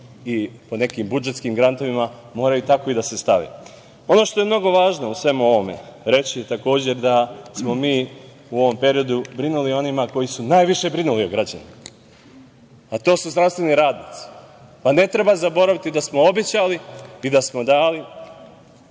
i po nekim budžetskim grantovima moraju tako i da se stave. Ono što je mnogo važno u svemu ovome reći, takođe da smo mi u ovom periodu brinuli o onima koji su najviše brinuli o građanima, a to su zdravstveni radnici. Ne treba zaboraviti da smo obećali i da smo dali,